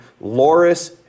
Loris